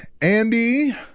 Andy